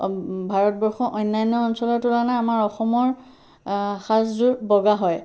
ভাৰতবৰ্ষৰ অন্যান্য অঞ্চলৰ তুলনাত আমাৰ অসমৰ সাজযোৰ বগা হয়